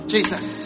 Jesus